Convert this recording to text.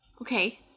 Okay